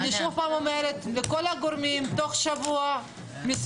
אני שוב פעם אומרת לכל הגורמים: תוך שבוע להעביר